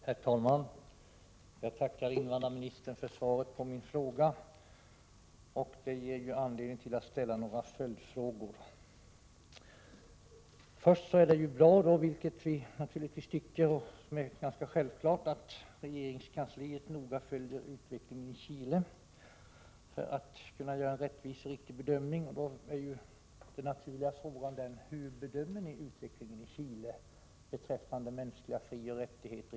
Herr talman! Jag tackar invandrarministern för svaret på min fråga. Det ger anledning till några följdfrågor. Först vill jag säga att vi naturligtvis tycker att det är bra att regeringskansliet noga följer utvecklingen i Chile — det är nästan självklart — för att kunna göra en rättvis och riktig bedömning. Det naturliga frågan är då: Hur bedömer ni situationen i dagsläget i Chile beträffande mänskliga frioch rättigheter?